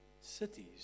cities